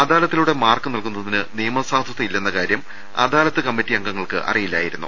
അദാലത്തിലൂടെ mark നൽകുന്നതിന് നിയമസാധുത ഇല്ലെന്ന കാര്യം അദാലത്ത് കമ്മിറ്റി അംഗങ്ങൾക്ക് അറിയില്ലാ യിരുന്നു